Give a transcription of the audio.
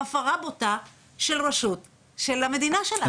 הפרה בוטה של רשות של המדינה שלנו.